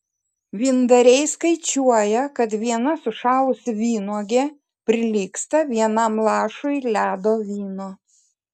vyndariai skaičiuoja kad viena sušalusi vynuogė prilygsta vienam lašui ledo vyno